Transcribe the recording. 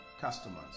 customers